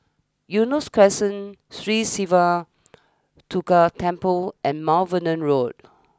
Eunos Crescent Sri Siva Durga Temple and Mount Vernon Road